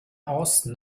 austen